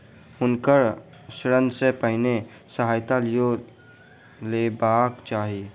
हुनका ऋण सॅ पहिने सहायता लअ लेबाक चाही